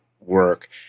work